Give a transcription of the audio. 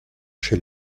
chez